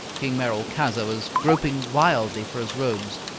king merolchazzar was groping wildly for his robes.